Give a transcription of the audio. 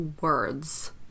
words